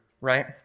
right